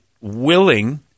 willing